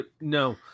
no